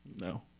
No